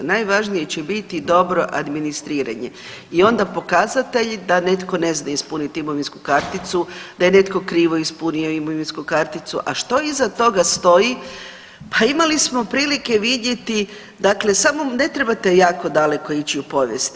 Najvažnije će biti dobro administriranje i onda pokazatelji da netko ne zna ispuniti imovinsku karticu, da je netko krivo ispunio imovinsku karticu, a što iza toga stoji, pa imali smo prilike vidjeti dakle samo ne trebate jako daleko ići u povijest.